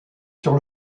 sur